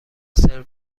سرو